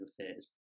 affairs